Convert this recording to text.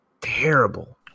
terrible